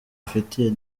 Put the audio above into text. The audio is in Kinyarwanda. afitiye